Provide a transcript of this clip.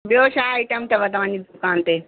ॿियो छा आइटम अथव तव्हांजी दुकानु ते